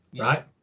right